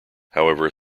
however